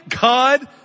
God